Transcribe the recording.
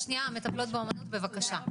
המטפלות באומנות, בבקשה.